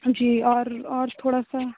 जी और और थोड़ा सा